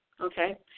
okay